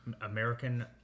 American